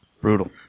Brutal